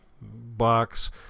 box